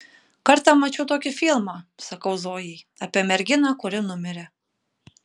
kartą mačiau tokį filmą sakau zojai apie merginą kuri numirė